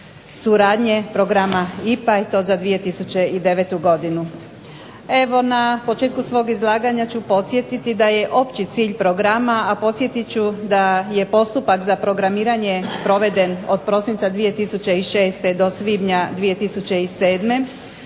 suradnje Programa IPA i to za 2009. godinu. Evo na početku svog izlaganja ću podsjetiti da je opći cilj programa, a podsjetit ću da je postupak za programiranje proveden od prosinca 2006. do svibnja 2007.